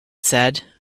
said